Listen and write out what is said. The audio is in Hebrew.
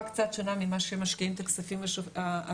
קצת שונה ממה שמשקיעים את הכספים השוטפים,